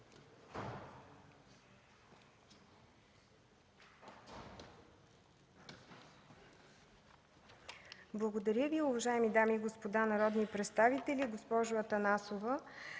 Благодаря Ви. Уважаеми дами и господа народни представители, госпожо Атанасова!